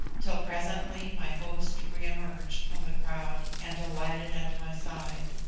till presently my host re-emerged from the crowd and alighted at my side.